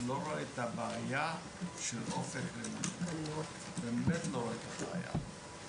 רואה את הבעיה של אופק, ואני מכיר.